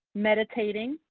meditating,